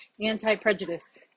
anti-prejudice